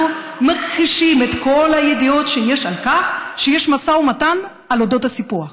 אנחנו מכחישים את כל הידיעות על כך שיש משא ומתן על אודות הסיפוח,